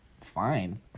Fine